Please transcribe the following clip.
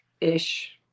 ish